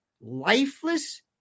lifeless